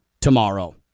tomorrow